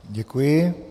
Děkuji.